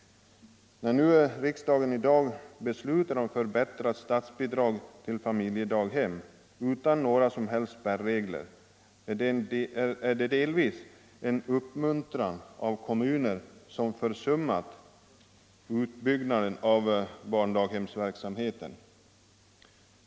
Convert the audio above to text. När riksdagen i dag fattar beslut om förbättrat statsbidrag till familjedaghem utan några som helst spärregler är detta delvis en uppmuntran till kommuner som försummat utbyggandet av barndaghemsverksamheten.